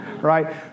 Right